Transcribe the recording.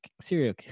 serial